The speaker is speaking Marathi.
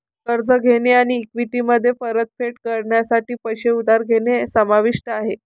कर्ज घेणे आणि इक्विटीमध्ये परतफेड करण्यासाठी पैसे उधार घेणे समाविष्ट आहे